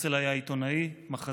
הרצל היה עיתונאי, מחזאי,